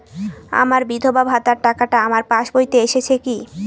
আমার বিধবা ভাতার টাকাটা আমার পাসবইতে এসেছে কি?